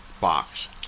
box